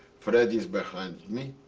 freddy is behind me.